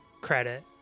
credit